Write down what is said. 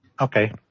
Okay